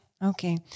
Okay